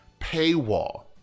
paywall